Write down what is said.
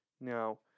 Now